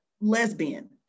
lesbian